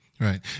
Right